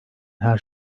her